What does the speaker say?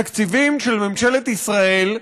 תקציבים של ממשלת ישראל,